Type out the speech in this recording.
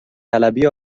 طلبی